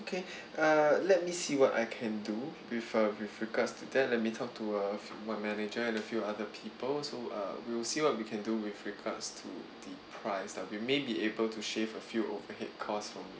okay uh let me see what I can do with uh with regards to that let me talk to uh my manager and a few other people so uh we'll see what we can do with regards to the price lah we may be able to shave a few overhead costs from